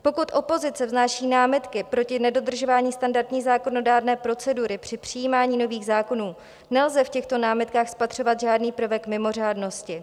Pokud opozice vznáší námitky proti nedodržování standardní zákonodárné procedury při přijímání nových zákonů, nelze v těchto námitkách spatřovat žádný prvek mimořádnosti.